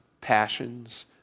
passions